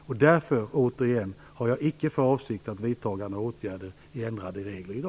Och därför - jag säger det återigen - har jag icke för avsikt att i dag vidta några åtgärder för att förändra reglerna.